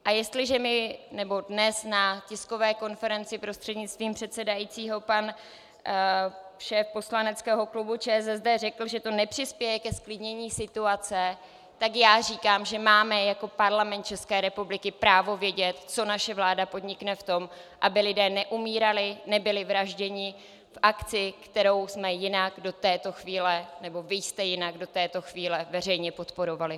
A jestliže mi dnes na tiskové konferenci prostřednictvím předsedajícího pan šéf poslaneckého klubu ČSSD řekl, že to nepřispěje ke zklidnění situace, tak já říkám, že máme jako Parlament České republiky právo vědět, co naše vláda podnikne v tom, aby lidé neumírali, nebyli vražděni v akci, kterou jsme jinak do této chvíle nebo vy jste jinak do této chvíle veřejně podporovali.